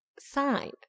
sign